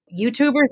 YouTubers